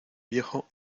viejo